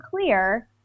clear